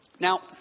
Now